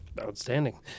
outstanding